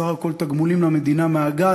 סך כל התגמולים למדינה מהגז.